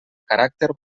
caràcter